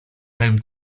home